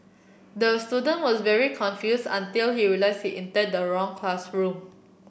the student was very confuse until he realising enter the wrong classroom